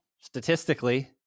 statistically